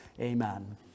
Amen